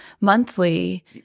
monthly